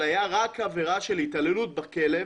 אלא הייתה רק עבירה של התעללות בכלב,